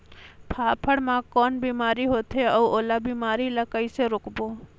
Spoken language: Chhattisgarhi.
फाफण मा कौन बीमारी होथे अउ ओला बीमारी ला कइसे रोकबो?